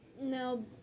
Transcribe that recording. No